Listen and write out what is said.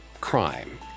crime